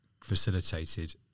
facilitated